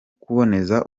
kuboneza